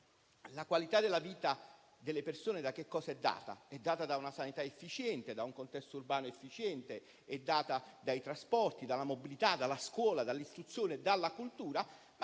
la qualità della vita delle persone è data da una sanità efficiente, da un contesto urbano efficiente, dai trasporti, dalla mobilità, dalla scuola, dall'istruzione, dalla cultura.